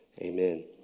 amen